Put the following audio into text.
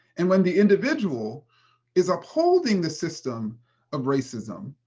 and when the individual is upholding the system of racism,